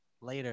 Later